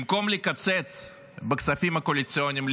במקום לקצץ בכספים הקואליציוניים,